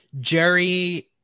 Jerry